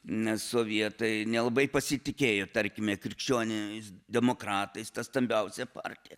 na sovietai nelabai pasitikėjo tarkime krikščioniais demokratais ta stambiausia partija